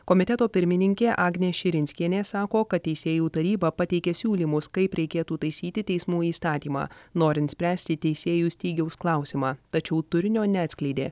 komiteto pirmininkė agnė širinskienė sako kad teisėjų taryba pateikė siūlymus kaip reikėtų taisyti teismų įstatymą norint spręsti teisėjų stygiaus klausimą tačiau turinio neatskleidė